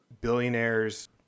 billionaires